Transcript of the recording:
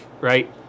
right